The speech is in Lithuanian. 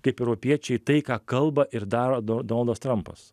kaip europiečiai tai ką kalba ir daro do donaldas trampas